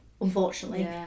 unfortunately